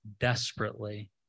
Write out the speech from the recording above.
desperately